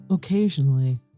Occasionally